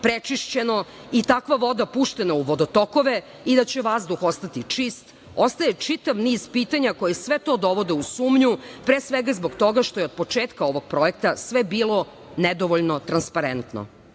prečišćeno i takva voda puštena u vodotokove i da će vazduh ostati čist, ostaje čitav niz pitanja koja sve to dovode u sumnju pre svega zbog toga što je od početka ovog projekata sve bilo nedovoljno transparentno.U